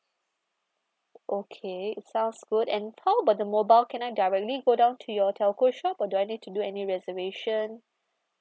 okay sounds good and how about the mobile can I directly go down to your telco shop or do I need to do any reservation